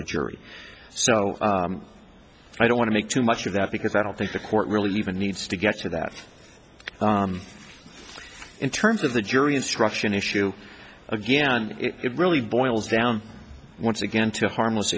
the jury so i don't want to make too much of that because i don't think the court really even needs to get to that in terms of the jury instruction issue again it really boils down once again to harmless